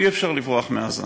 אי-אפשר לברוח מעזה.